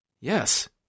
Yes